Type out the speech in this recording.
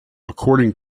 according